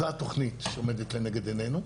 זו התוכנית שעומדת לנגד עינינו.